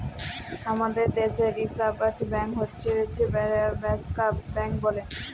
হামাদের দ্যাশে reserve bank হচ্ছ ব্যাংকার্স ব্যাঙ্ক বলে